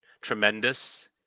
Tremendous